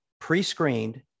pre-screened